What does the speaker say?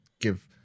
give